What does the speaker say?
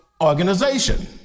organization